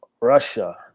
Russia